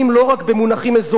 אלא במונחים עולמיים.